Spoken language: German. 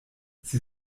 sie